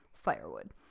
firewood